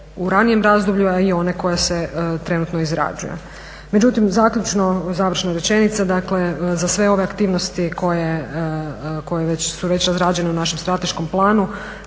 u ranijem razdoblju, a i one koje se trenutno izrađuju. Međutim zaključno, završna rečenica dakle, za sve ove aktivnosti koje već su razrađene u našem strateškom planu